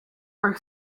are